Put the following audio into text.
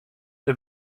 der